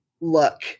look